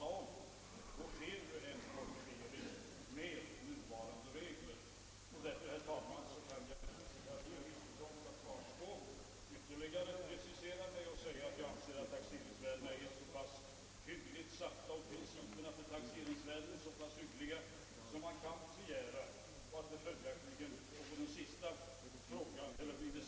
I det fall jag nämnde känner man vid början av taxeringsåret till att skogsägaren i realiteten icke är ägare till rotposten i fråga. Den är försåld och har blivit betald. Ändå får skogsägaren skatta för rotposten liksom för den köpeskilling han fått.